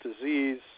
disease